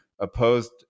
opposed